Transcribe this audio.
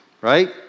right